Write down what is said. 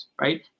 right